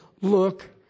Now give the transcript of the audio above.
look